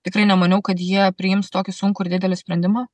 tikrai nemaniau kad jie priims tokį sunkų ir didelį sprendimą